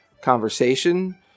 conversation